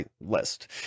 list